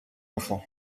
enfants